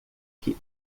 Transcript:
que